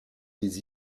des